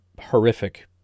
horrific